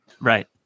Right